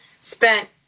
spent